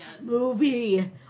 Movie